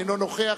אינו נוכח,